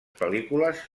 pel·lícules